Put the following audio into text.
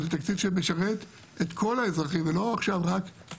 וזה תקציב שמשרת את כל האזרחים, ולא רק נגישות.